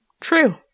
True